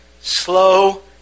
slow